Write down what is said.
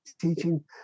teaching